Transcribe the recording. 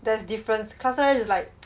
there's a difference cluster lash is like